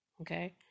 Okay